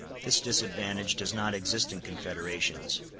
this disadvantage does not exist in confederations.